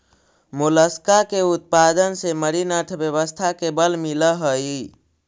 Mollusca के उत्पादन से मरीन अर्थव्यवस्था के बल मिलऽ हई